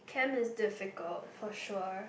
chem is difficult for sure